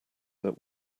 that